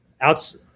outs